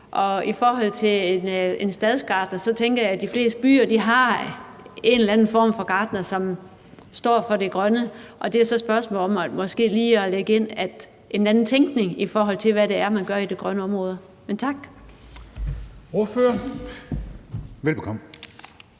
I forhold til det med en stadsgartner tænker jeg, at de fleste byer har en eller anden form for gartner, som står for det grønne, og at det så er et spørgsmål om måske lige at lægge en anden tænkning ind, i forhold til hvad det er, man gør i de grønne områder. Men tak. Kl.